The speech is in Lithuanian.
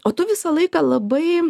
o tu visą laiką labai